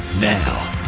Now